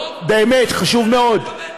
באמת, חשוב מאוד,